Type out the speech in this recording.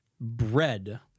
bread